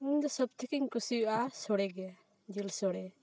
ᱤᱧ ᱫᱚ ᱥᱚᱵᱛᱷᱮᱠᱮᱧ ᱠᱩᱥᱤᱣᱟ ᱥᱚᱲᱮᱜᱮ ᱡᱤᱞ ᱥᱚᱲᱮ